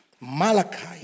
Malachi